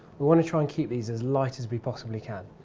we want to try and keep these as light as we possibly can.